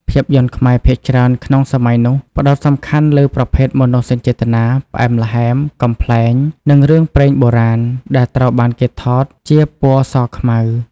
ភាពយន្តខ្មែរភាគច្រើនក្នុងសម័យនោះ ផ្ដោតសំខាន់លើប្រភេទមនោសញ្ចេតនា ផ្អែមល្ហែម កំប្លែង និងរឿងព្រេងបុរាណ ដែលត្រូវបានគេថតជាពណ៌សខ្មៅ។